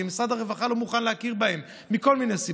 כי משרד הרווחה לא מוכן להכיר בהן מכל מיני סיבות.